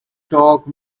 talk